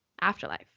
afterlife